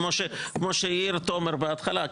כמו שהעיר תומר בהתחלה,